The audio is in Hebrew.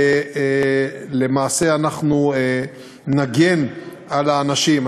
ולמעשה אנחנו נגן על האנשים.